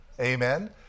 Amen